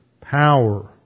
power